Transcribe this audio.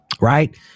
Right